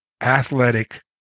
athletic